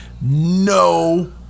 no